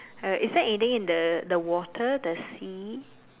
uh is there anything in the the water the sea